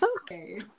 Okay